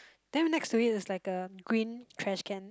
then next to it is like a green trash can